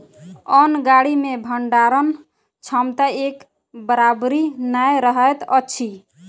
अन्न गाड़ी मे भंडारण क्षमता एक बराबरि नै रहैत अछि